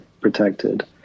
protected